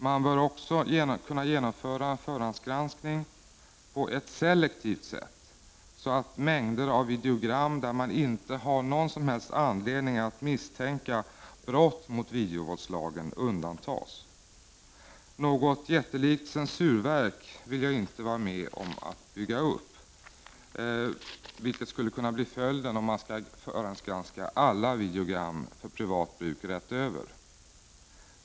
Man bör också kunna genomföra förhandsgranskning på ett selektivt sätt, så att mängder av videogram, där man inte har någon som helst anledning att misstänka brott mot videovåldslagen, undantas. Något jättelikt censurverk vill jag inte vara med om att bygga upp, vilket skulle kunna bli följden om man skulle förhandsgranska alla videogram för privat bruk rakt över.